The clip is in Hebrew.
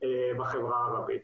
בחברה הערבית.